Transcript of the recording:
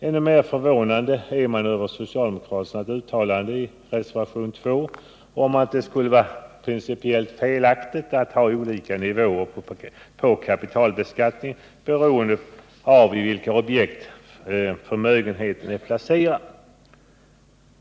Ännu mer förvånande är socialdemokraternas uttalande i reservationen - att det skulle vara principiellt felaktigt att ha olika nivåer på kapitalbeskattningen, beroende av i vilka objekt förmögenheterna är placerade.